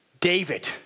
David